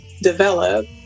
develop